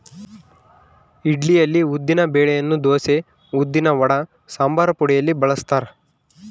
ಇಡ್ಲಿಯಲ್ಲಿ ಉದ್ದಿನ ಬೆಳೆಯನ್ನು ದೋಸೆ, ಉದ್ದಿನವಡ, ಸಂಬಾರಪುಡಿಯಲ್ಲಿ ಬಳಸ್ತಾರ